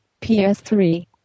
PS3